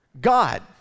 God